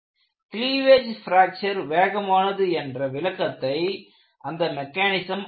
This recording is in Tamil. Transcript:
கிளீவேஜ் பிராக்சர் வேகமானது என்ற விளக்கத்தை அந்த மெக்கானிசம் அளிக்கும்